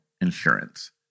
insurance